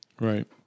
Right